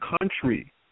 country